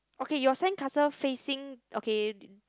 okay your sandcastle facing okay